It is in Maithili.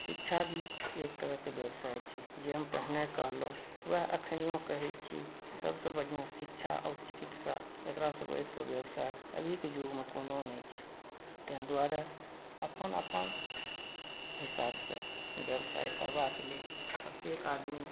शिक्षा भी एक तरहके व्यवसाय छी जे हम पहिने कहलहुँ उएह अखनियो कहैत छी सभसँ बढ़िआँ शिक्षा आओर चिकित्सा एकरासँ बढ़िके व्यवसाय अभीके युगमे कोनो नहि छै तेँ द्वारे अपन अपन हिसाबसँ व्यवसाय करबाक लेल प्रत्येक आदमी